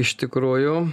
iš tikrųjų